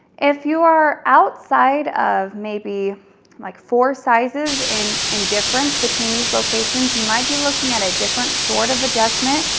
if you are outside of maybe like four sizes in in difference between these locations, you might be looking at a different sort of adjustment,